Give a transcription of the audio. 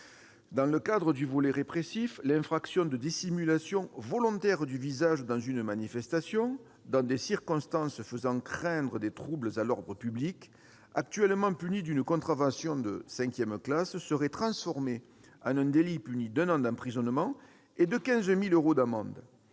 Dans le cadre du volet répressif, l'infraction de dissimulation volontaire du visage dans une manifestation, dans des circonstances faisant craindre des troubles à l'ordre public, actuellement punie d'une contravention de la cinquième classe, serait transformée en un délit puni d'un an d'emprisonnement et de 15 000 euros d'amende.